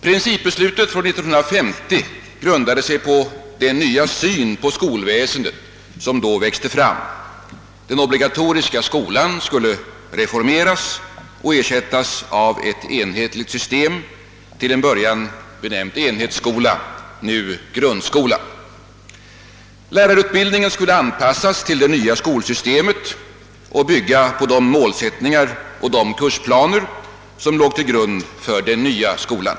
Principbeslutet från 1950 grundar sig på den nya syn på skolväsendet som då växte fram. Den obligatoriska skolan skulle reformeras och ersättas av ett enhetligt system — till en början benämnt enhetsskola, nu grundskola. Lärarutbildningen skulle anpassas till det nya skolsystemet och bygga på de målsättningar och kursplaner som låg till grund för den nya skolan.